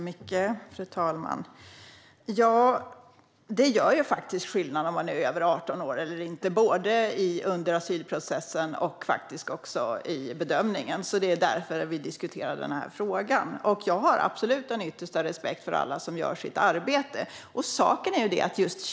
Fru talman! Det gör skillnad om någon är över 18 år eller inte, både under asylprocessen och också i bedömningen. Det är därför vi diskuterar frågan. Jag har absolut den yttersta respekt för alla som gör sitt arbete.